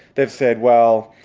they've said, well,